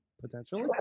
potentially